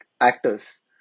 actors